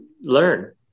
learn